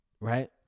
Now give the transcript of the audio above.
right